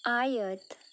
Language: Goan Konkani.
आयत